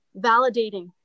validating